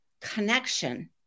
connection